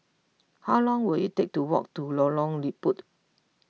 how long will it take to walk to Lorong Liput